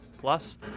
plus